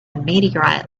meteorite